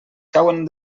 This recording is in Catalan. cauen